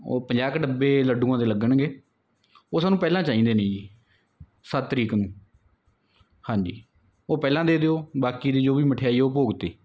ਉਹ ਪੰਜਾਹ ਕੁ ਡੱਬੇ ਲੱਡੂਆਂ ਦੇ ਲੱਗਣਗੇ ਉਹ ਸਾਨੂੰ ਪਹਿਲਾਂ ਚਾਹੀਦੇ ਨੇ ਜੀ ਸੱਤ ਤਰੀਕ ਨੂੰ ਹਾਂਜੀ ਉਹ ਪਹਿਲਾਂ ਦੇ ਦਿਓ ਬਾਕੀ ਦੀ ਜੋ ਵੀ ਮਠਿਆਈ ਉਹ ਭੋਗ 'ਤੇ